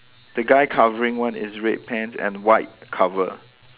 the guy covering one is red pants and white cover